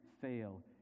fail